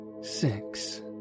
six